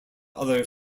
other